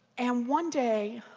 and one day,